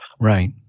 Right